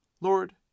Lord